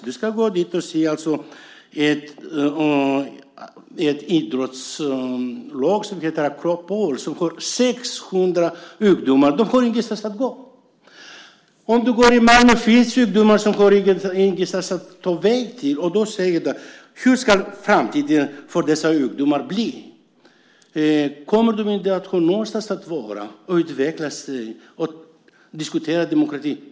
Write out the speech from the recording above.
Där finns ett idrottslag som heter Akropol med 600 ungdomar. De har ingenstans att vara. I Malmö finns ungdomar som inte har någonstans att ta vägen. Hur ska framtiden för dessa ungdomar bli? Kommer de att ha någonstans att vara, utvecklas och diskutera demokrati?